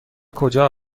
کجا